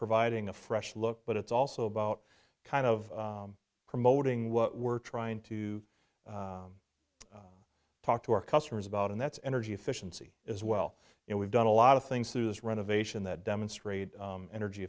providing a fresh look but it's also about kind of promoting what we're trying to talk to our customers about and that's energy efficiency as well and we've done a lot of things through this renovation that demonstrate energy